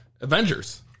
Avengers